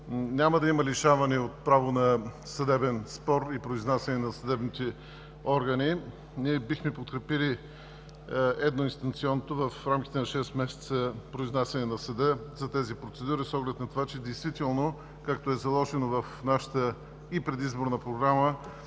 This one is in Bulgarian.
няма да има лишаване от право на съдебен спор и произнасяне на съдебните органи. Ние бихме подкрепили едноинстанционното в рамките на 6 месеца произнасяне на съда за тези процедури с оглед на това, че действително както е заложено в нашата и предизборна програма